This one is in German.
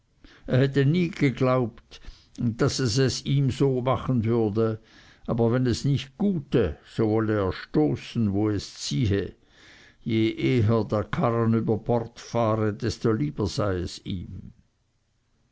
er hätte nie geglaubt daß es es ihm so machen würde aber wenn es nicht gute so wolle er stoßen wo es ziehe je eher der karren über bord fahre desto lieber sei es ihm